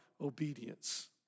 obedience